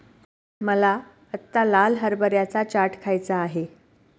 मला आत्ता लाल हरभऱ्याचा चाट खायचा आहे